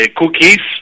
cookies